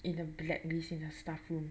in a blacklist in the staff room